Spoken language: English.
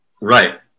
Right